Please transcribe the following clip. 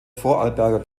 vorarlberger